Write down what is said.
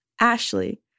Ashley